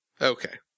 Okay